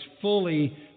fully